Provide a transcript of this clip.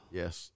yes